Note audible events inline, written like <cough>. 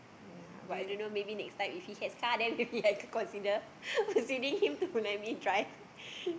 ya but I don't know maybe next time when he have car I might could consider <laughs> him to let me drive